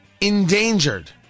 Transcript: endangered